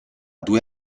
due